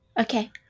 Okay